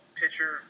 pitcher